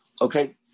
Okay